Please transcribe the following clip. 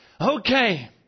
Okay